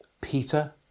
Peter